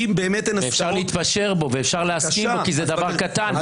אפשר להתפשר בו ואפשר להסכים בו, כי זה דבר קטן.